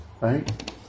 right